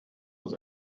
uns